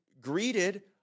greeted